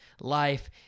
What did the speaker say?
life